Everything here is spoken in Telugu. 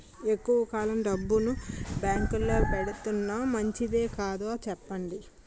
ఎక్కువ కాలం డబ్బును బాంకులో ఎడతన్నాం మంచిదే కదా చెప్పండి